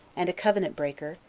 and a covenant breaker,